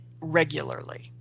regularly